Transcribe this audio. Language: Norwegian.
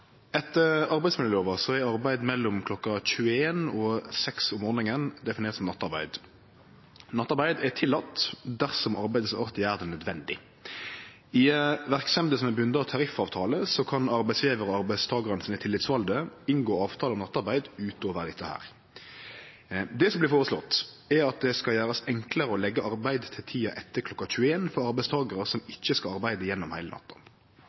Etter arbeidsmiljølova er arbeid mellom kl. 21 og kl. 06 om morgonen definert som nattarbeid. Nattarbeid er tillate dersom arbeidets art gjer det nødvendig. I verksemder som er bundne av tariffavtaler, kan arbeidsgjevarar og arbeidstakarar som er tillitsvalde, inngå avtalar om nattarbeid utover dette. Det ein foreslår er at det skal gjerast enklare å leggje arbeid til tida etter kl. 21 for arbeidstakarar som ikkje skal arbeide gjennom heile natta.